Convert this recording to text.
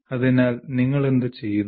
അതിനാൽ നിങ്ങൾ എന്തുചെയ്യുന്നു